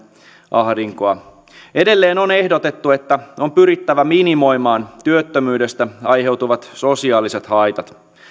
ahdinkoa edelleen on ehdotettu että on pyrittävä minimoimaan työttömyydestä aiheutuvat sosiaaliset haitat